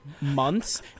months